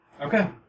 Okay